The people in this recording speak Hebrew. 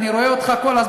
אני רואה אותך כל הזמן,